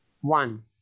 one